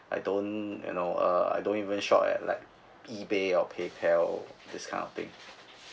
only I don't you know uh I don't even shop at like uh eBay or paypal this kind of thing